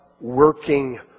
working